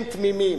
הם תמימים.